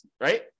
right